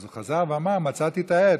אז הוא חזר ואמר: מצאתי את העט.